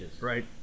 right